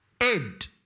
end